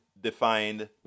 defined